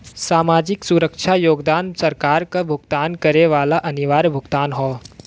सामाजिक सुरक्षा योगदान सरकार क भुगतान करे वाला अनिवार्य भुगतान हौ